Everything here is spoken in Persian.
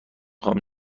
خوام